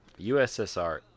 USSR